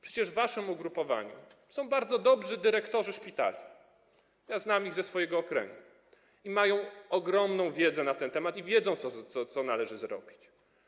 Przecież w waszym ugrupowaniu są bardzo dobrzy dyrektorzy szpitali, ja znam ich ze swojego okręgu, mają oni ogromną wiedzę na ten temat i wiedzą, co należy zrobić.